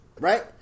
Right